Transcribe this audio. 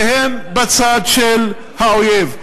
שהם בצד של האויב.